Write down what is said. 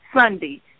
Sunday